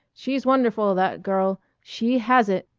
she's wonderful, that girl! she has it!